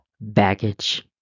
baggage